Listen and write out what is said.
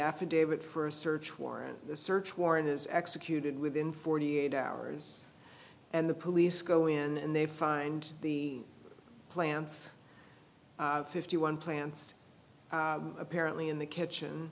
affidavit for a search warrant the search warrant was executed within forty eight hours and the police go in and they find the plants fifty one plants apparently in the kitchen